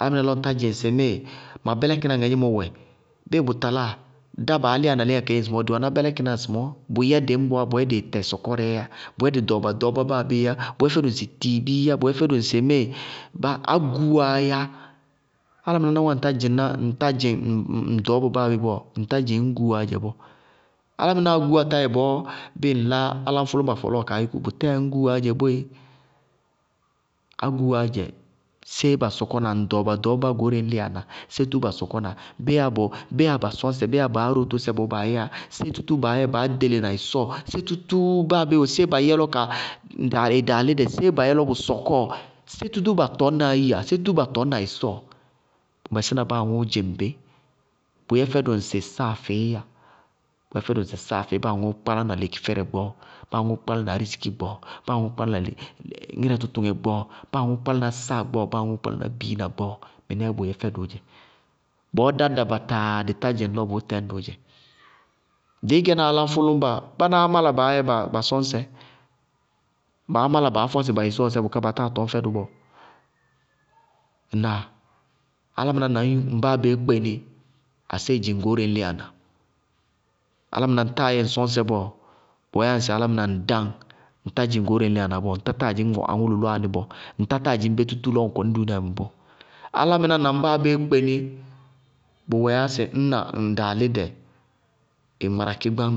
Álámɩná lɔ ɔtá dzɩŋsɩ ŋmɩɩ ma bɩlɛkɩná ŋadzémɔ wɛ. Bɩɩ bʋ taláa dá baá lɩyána léŋáa kadzé ŋsɩmɔɔ, dɩ wɛná bɩlɛkɩná ŋadzé ŋsɩmɔɔ, bʋyɛ dɩ ñbɔɔwá bʋyɛ dɩɩtɛ sɔkɔrɛɛ yá, bʋyɛ dɩ ɖɔɔba-ɖɔɔbá báa béé yá bʋyɛ fɛdʋ ŋsɩ tiibííyá, bʋyɛ fɛdʋ ŋsɩ mɩɩ báa ágúwaá yá, álámɩná ná ŋɔɔ yáa ŋtá dzɩŋ ŋ ɖɔɔba báabé bɔɔ, ŋtá dzɩŋ ŋñgúwaá dzɛ bɔɔ. Álámɩná ágúwaá táyɛ bɔɔ bɩɩ ŋlá áláñfʋlʋñba fɔlɔɔ kaa yúkú, bʋtɛɛ ŋñgúwaá dzɛ boéé. Ágúwaá dzɛ, séé ba sɔkɔna, ŋ ɖɔɔba-ɖɔɔbá goóreé ñ lɩyána? Sé tútúú ba sɔkɔna? Bé yáa ba sɔñsɛ, bé yáa ba árótósɛ bɔɔ baa yɛyá, sé tútúú baá yɛ baá ɖélena ɩsɔɔ? Sé tútúú báabé wɛ, séé bayɛ lɔ ɩ daalɩdɛ, séé bayɛ lɔ bʋ sɔkɔɔ? Sé tútúú ba tɔñna áyiya, sé tútúú ba tɔñna ɩsɔɔ? Bʋ mɛsɩna báaŋʋ'ʋ dzɩŋbɩ, bʋ yɛ fɛdʋ ŋsɩ saafɩɩ yá, bʋ yɛ fɛdʋ ŋsɩ saafɩɩ báa aŋʋʋ kpálána lekifɛrɛ gbɔɔ, báaŋʋ kpálána ariziki gbɔɔ, báa aŋʋʋ kpálána ŋɩrɛtʋtʋŋɛ gbɔɔ, báa aŋʋʋ kpálána sáa gbɔɔ, báa aŋʋʋ kpálána biina gbɔɔ, mɩnɛɛ bʋyɛ fɛdʋʋ dzɛ. Bɔɔ dá dabataa dɩtá dzɩŋ lɔ bʋʋtɩñ dʋʋ dzɛ. Dɩɩ gɛna áláñfʋlʋñba, bánáá mála baáyɛ ba sɔñsɛ. Baá mála baá fɔsɩ ba ɩsɔɔsɛ bʋká batáa tɔñ fɛdʋ bɔɔ. Ŋnáa? Álámɩná na ñ yúkú ŋbáabéé kpenɩ, aséé ñ dzɩŋ goóreé ñ lɩyána. Álámɩná ŋ táa yɛ ŋ sɔñsɛ bɔɔ, bʋwɛɛ yá ŋsɩ álámɩná ŋ dáŋ, ŋtá dzɩŋ goóreé ñ lɩyána bɔɔ, ŋ tátáa dzɩŋ aŋʋ lʋlʋwá nɩ bɔɔ, ŋtatáa dzɩŋ bé tútú lɔɔ ŋ kɔnɩ dúúnia bɔɔ. Álámɩná na ŋ báabéé kpenɩ, bʋ wɛɛyá sɩ ñna ŋ daalɩdɛ, ɩ gwarakɩ gbáñ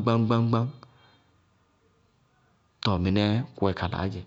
tɔɔ mɩnɛɛ bʋwɛ kalaá dzɛ.